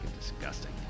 disgusting